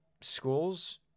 schools